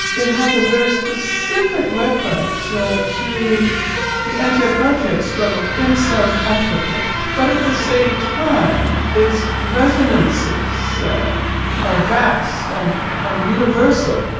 it has a very specific reference ah to the anti-apartheid struggle in south africa, but at the same time, its resonances are vast and and universal.